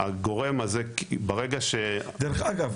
ברגע ש --- דרך אגב,